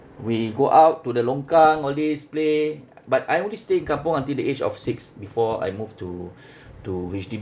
we go out to the longkang all these play but I only stay in kampung until the age of six before I moved to to H_D_B